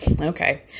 Okay